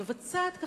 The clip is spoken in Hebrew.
היא מבצעת,